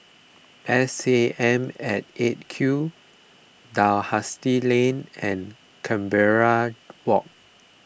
S A M at eight Q Dalhousie Lane and Canberra Walk